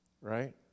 right